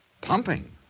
Pumping